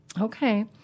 Okay